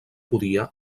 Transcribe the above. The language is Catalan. podia